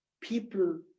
people